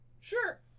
Sure